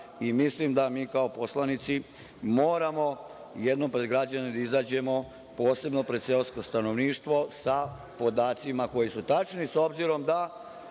mislim da mi, kao poslanici, moramo jednom pred građane da izađemo, posebno pred seosko stanovništvo, sa podacima koji su tačni, s obzirom da,